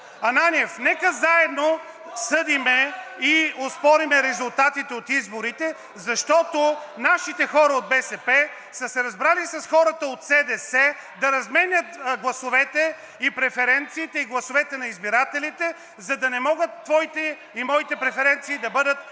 „Ананиев, нека заедно съдим и оспорим резултатите от изборите, защото нашите хора от БСП са се разбрали с хората от СДС (шум и реплики от ГЕРБ-СДС) да разменят гласовете и преференциите и гласовете на избирателите, за да не могат твоите и моите преференции да бъдат